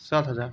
सात हज़ार